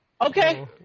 Okay